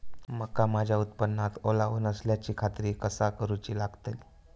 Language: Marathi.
मका माझ्या उत्पादनात ओलावो नसल्याची खात्री कसा करुची लागतली?